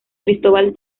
cristóbal